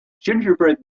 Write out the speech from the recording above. gingerbread